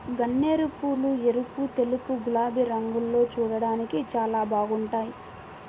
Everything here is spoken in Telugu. గన్నేరుపూలు ఎరుపు, తెలుపు, గులాబీ రంగుల్లో చూడ్డానికి చాలా బాగుంటాయ్